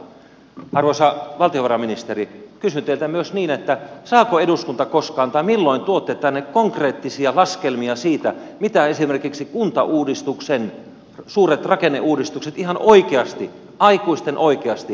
arvoisa valtiovarainministeri kysyn teiltä myös niin että saako eduskunta koskaan tai milloin tuotte tänne konkreettisia laskelmia siitä mitä esimerkiksi kuntauudistuksen suuret rakenneuudistukset ihan oikeasti aikuisten oikeasti merkitsevät